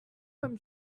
from